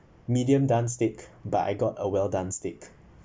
medium done steak but I got a well done steak